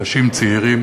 אנשים צעירים